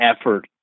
effort